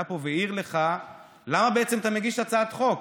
שהיה פה והעיר לך למה בעצם אתה מגיש הצעת חוק,